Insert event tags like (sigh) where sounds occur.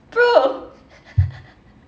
bro (laughs)